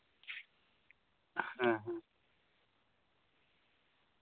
ᱦᱮᱸ ᱦᱮᱸ